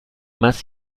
más